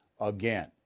again